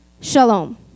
shalom